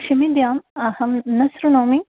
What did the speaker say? क्षम्यताम् अहं न शृणोमि